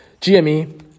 GME